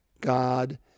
God